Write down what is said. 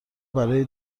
برای